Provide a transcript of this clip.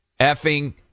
effing